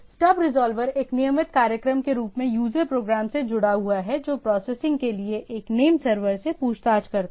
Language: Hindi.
स्टब रिज़ॉल्वर एक नियमित कार्यक्रम के रूप में यूजर प्रोग्राम से जुड़ा हुआ है जो प्रोसेसिंग के लिए एक नेम सर्वर से पूछताछ करता है